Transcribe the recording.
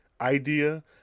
idea